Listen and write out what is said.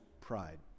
pride